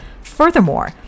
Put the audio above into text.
Furthermore